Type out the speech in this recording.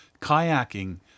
kayaking